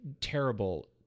terrible